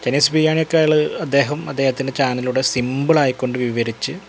Chinese ബിരിയാണിയൊക്കെ അയാള് അദ്ദേഹം അദ്ദേഹത്തിന്റെ ചാനലിലൂടെ സിമ്പിളായി കൊണ്ട് വിവരിച്ച്